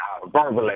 verbally